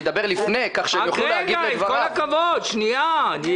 אני מבקש שידבר לפני מנכ"ל המפעל כך שהם יוכלו להגיב לדבריו.